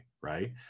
Right